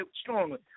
strongly